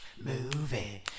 movie